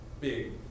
big